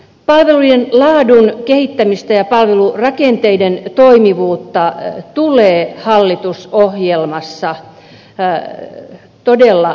palvelujen laadun kehittämistä ja palvelurakenteiden toimivuutta tulee hallitusohjelmassa todella vahvistaa